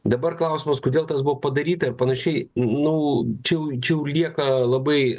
dabar klausimas kodėl tas buvo padaryta ir panašiai nu čia jau čia jau lieka labai